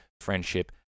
friendship